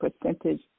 percentage